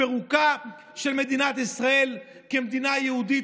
פירוקה של מדינת ישראל כמדינה יהודית,